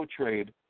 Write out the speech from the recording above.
trade